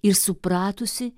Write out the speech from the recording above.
ir supratusi